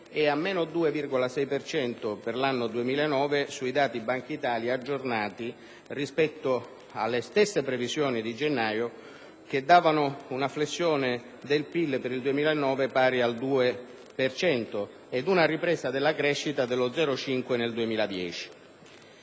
per cento per l'anno 2009 sui dati Bankitalia aggiornati rispetto alle stesse previsioni di gennaio, che davano una flessione del PIL per 2009 pari al 2 per cento ed una ripresa della crescita dello 0,5 nel 2010.